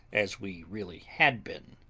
as we really had been.